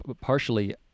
partially